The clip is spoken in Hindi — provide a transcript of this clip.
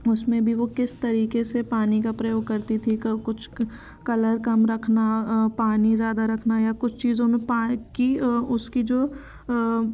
उसमें भी वो किस तरीके से पानी का प्रयोग करती थी कब कुछ कलर कम रखना पानी ज़्यादा रखना या कुछ चीज़ों मे उसकी जो